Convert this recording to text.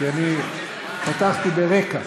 כי אני פתחתי ברקע.